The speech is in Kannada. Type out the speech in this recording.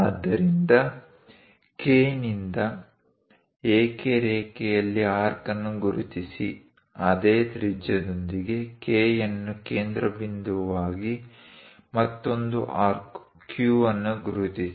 ಆದ್ದರಿಂದ K ನಿಂದ AK ರೇಖೆಯಲ್ಲಿ ಆರ್ಕ್ ಅನ್ನು ಗುರುತಿಸಿ ಅದೇ ತ್ರಿಜ್ಯದೊಂದಿಗೆ K ಯನ್ನು ಕೇಂದ್ರಬಿಂದುವಾಗಿ ಮತ್ತೊಂದು ಆರ್ಕ್ Q ಅನ್ನು ಗುರುತಿಸಿ